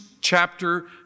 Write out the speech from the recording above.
chapter